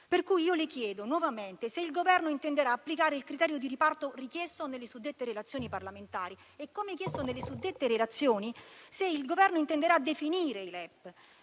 Pertanto, le chiedo nuovamente se il Governo intenderà applicare il criterio di riparto richiesto nelle suddette relazioni parlamentari e, come chiesto nelle suddette relazioni, se il Governo intenderà definire i LEP.